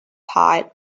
tile